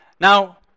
Now